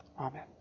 Amen